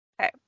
Okay